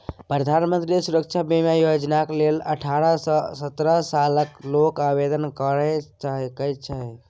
प्रधानमंत्री सुरक्षा बीमा योजनाक लेल अठारह सँ सत्तरि सालक लोक आवेदन कए सकैत छै